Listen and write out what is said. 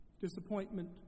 Disappointment